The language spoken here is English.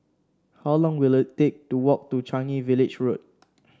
how long will it take to walk to Changi Village Road